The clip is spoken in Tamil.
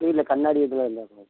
இல்லை கண்ணாடி இதெல்லாம் வேண்டாம் சார்